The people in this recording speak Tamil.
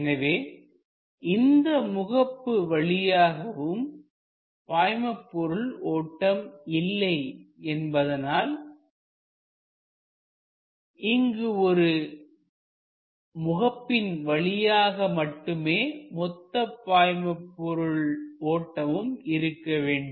எனவே இந்த முகப்பு வழியாகவும் பாய்மபொருள் ஓட்டம் இல்லை என்பதால் இந்த ஒரு முகப்பின் வழியாக மட்டுமே மொத்த பாய்மபொருள் ஓட்டமும் இருக்கவேண்டும்